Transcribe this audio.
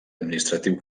administratiu